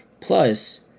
Plus